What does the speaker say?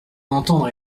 d’entendre